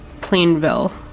Plainville